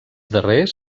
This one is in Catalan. darrers